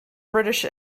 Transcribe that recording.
british